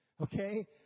Okay